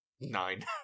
Nine